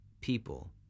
people